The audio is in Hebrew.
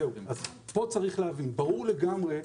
ברור לגמרי,